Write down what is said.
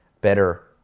better